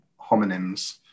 homonyms